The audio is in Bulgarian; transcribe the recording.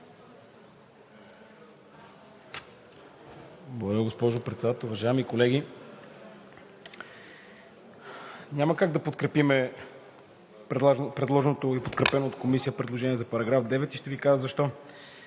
Благодаря, госпожо Председател. Уважаеми колеги, няма как да подкрепим предложеното и подкрепено от Комисията предложение за § 9 и ще Ви кажа защо.